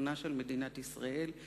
בביטחונה של מדינת ישראל,